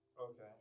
Okay